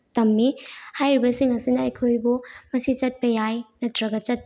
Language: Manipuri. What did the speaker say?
ꯇꯝꯃꯤ ꯍꯥꯏꯔꯤꯕꯁꯤꯡ ꯑꯁꯤꯅ ꯑꯩꯈꯣꯏꯕꯨ ꯃꯁꯤ ꯆꯠꯄ ꯌꯥꯏ ꯅꯠꯇ꯭ꯔꯒ ꯆꯠ